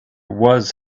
was